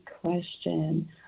question